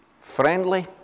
Friendly